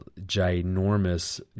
ginormous